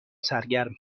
سرگرم